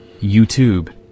YouTube